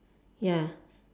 ya